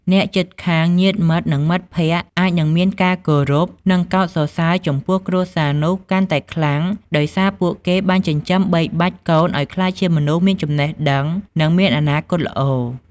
អ្នកជិតខាង ញាតិមិត្ត និងមិត្តភក្តិ អាចនឹងមានការគោរព និងកោតសរសើរចំពោះគ្រួសារនោះកាន់តែខ្លាំងដោយសារពួកគេបានចិញ្ចឹមបីបាច់កូនឱ្យក្លាយជាមនុស្សមានចំណេះដឹង និងមានអនាគតល្អ។